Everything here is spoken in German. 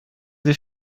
sich